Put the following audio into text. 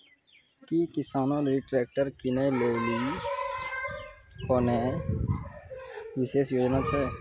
कि किसानो लेली ट्रैक्टर किनै लेली कोनो विशेष योजना छै?